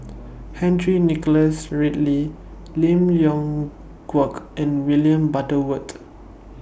Henry Nicholas Ridley Lim Leong Geok and William Butterworth